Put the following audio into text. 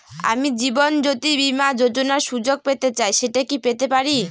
আমি জীবনয্যোতি বীমা যোযোনার সুযোগ পেতে চাই সেটা কি পেতে পারি?